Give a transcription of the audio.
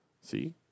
See